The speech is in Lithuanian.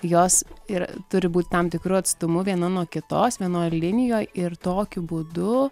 jos ir turi būt tam tikru atstumu viena nuo kitos vienoj linijoj ir tokiu būdu